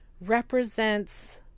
represents